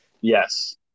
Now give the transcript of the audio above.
Yes